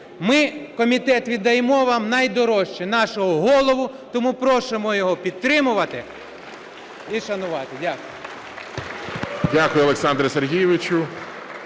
ми, комітет, віддаємо вам найдорожче – нашого голову, тому просимо його підтримувати і шанувати. Дякую.